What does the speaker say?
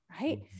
right